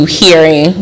hearing